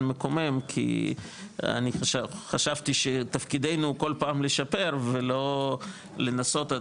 מקומם כי אני חשבתי שתפקידינו הוא כל פעם לשפר ולא לנסות..